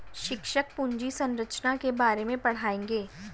शिक्षक पूंजी संरचना के बारे में पढ़ाएंगे